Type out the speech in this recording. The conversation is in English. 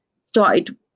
started